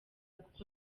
kuko